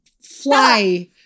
fly